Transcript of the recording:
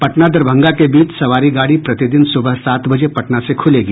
पटना दरभंगा के बीच सवारी गाड़ी प्रतिदिन सुबह सात बजे पटना से खुलेगी